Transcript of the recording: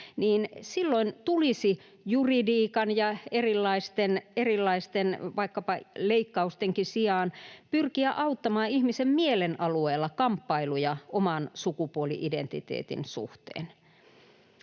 anoreksiasta, tulisi juridiikan ja vaikkapa leikkaustenkin sijaan pyrkiä auttamaan ihmisen mielen alueella kamppailuja oman sukupuoli-identiteetin suhteen.